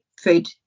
food